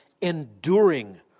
enduring